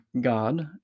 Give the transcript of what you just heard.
god